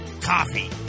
coffee